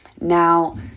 now